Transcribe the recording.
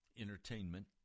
entertainment